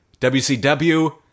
WCW